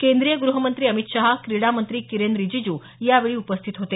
केंद्रीय गृहमंत्री अमित शहा क्रिडा मंत्री किरेन रिजिजू यावेळी उपस्थित होते